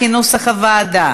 כנוסח הוועדה.